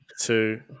two